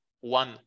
one